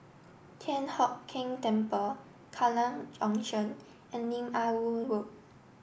Thian Hock Keng Temple Kallang Junction and Lim Ah Woo Road